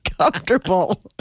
comfortable